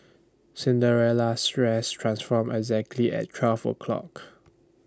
Cinderella's dress transformed exactly at twelve o'clock